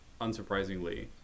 unsurprisingly